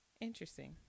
Interesting